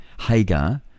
Hagar